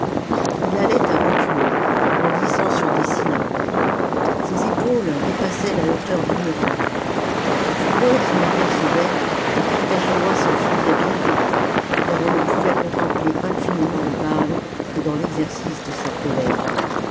il allait à reculons en glissant sur des cylindres ses épaules dépassaient la hauteur des murailles du plus loin qu'ils l'apercevaient les carthaginois s'enfuyaient bien vite car on ne pouvait contempler impunément le baal que dans l'exercice de sa colère